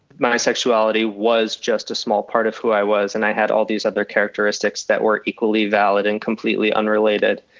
my sexuality was just a small part of who i was, and i had all these other characteristics that were equally valid and completely unrelated,